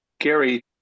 Gary